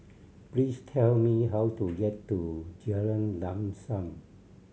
please tell me how to get to Jalan Lam Sam